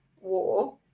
war